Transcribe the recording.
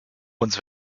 uns